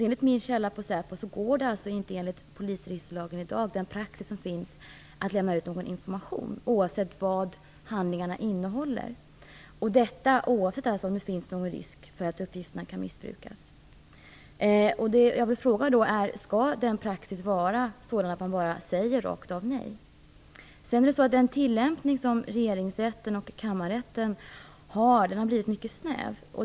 Enligt min källa på säpo går det enligt polisregisterlagen och den praxis som finns i dag inte att lämna ut någon information, oavsett vad handlingarna innehåller och oavsett om det finns risk för att uppgifterna kan missbrukas. Skall praxisen vara sådan att man bara säger nej rakt av? Den tillämpning som Regeringsrätten och kammarrätten gör har blivit mycket snäv.